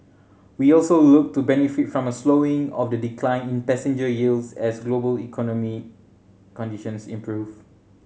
we also look to benefit from a slowing of the decline in passenger yields as global economic conditions improve